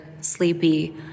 sleepy